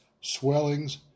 swellings